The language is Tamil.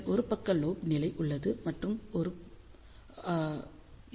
நம்மிடம் ஒரு பக்க லோப் நிலை உள்ளது மற்றும் ஒரு பின் கதிர்வீச்சும் கூட உள்ளது